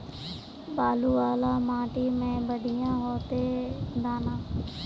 बालू वाला माटी में बढ़िया होते दाना?